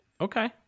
Okay